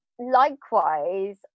Likewise